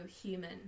human